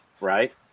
right